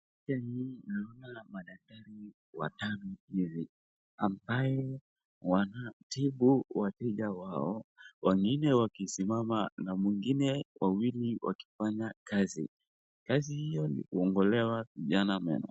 Picha hii naona madaktari watano hivi, ambaye wanatibu wateja wao, wengine wakisimama na wengine wawili wakifanya kazi, kazi hiyo ni kung'olewa kijana meno.